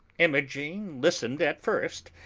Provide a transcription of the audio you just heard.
imogen listened at first,